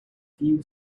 few